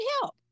help